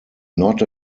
not